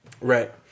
Right